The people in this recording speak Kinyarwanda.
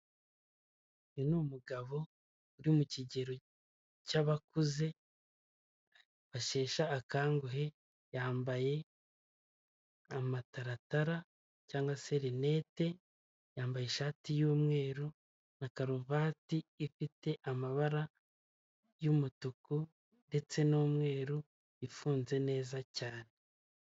Uyu ni umugabo uri mu kigero cy'abakuze bashesha akanguhe yambaye amataratara cyangwa se rinete yambaye ishati y'umweru na karuvati ifite amabara y'umutuku ndetse n'umweru ifunze neza cyane.